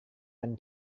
dan